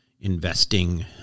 investing